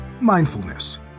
mindfulness